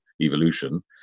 evolution